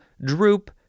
droop